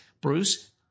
Bruce